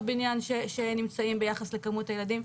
בניין שנמצאים ביחס לכמות הילדים.